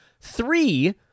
three